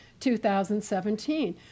2017